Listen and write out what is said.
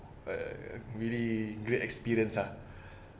a really great experience lah